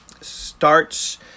Starts